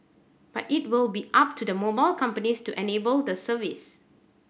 but it will be up to the mobile companies to enable the service